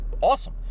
awesome